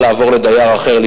צריכה לעבור לדייר אחר,